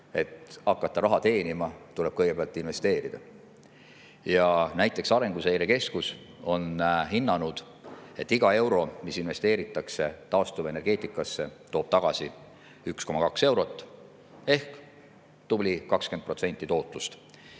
et hakata raha teenima, tuleb kõigepealt investeerida. Näiteks Arenguseire Keskus on hinnanud, et iga euro, mis investeeritakse taastuvenergeetikasse, toob tagasi 1,2 eurot – ehk tubli 20% tootlust.